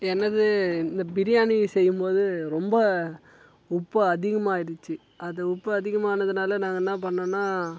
என்னது இந்த பிரியாணி செய்யும்போது ரொம்ப உப்பு அதிகமாயிடுச்சு அது உப்பு அதிகமானதனால நாங்கள் என்ன பண்ணோன்னா